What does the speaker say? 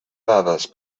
dades